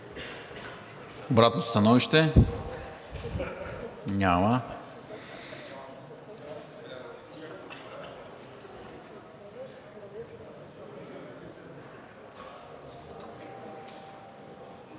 Обратно становище? Няма.